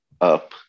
up